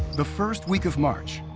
the first week of march,